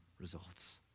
results